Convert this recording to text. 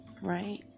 right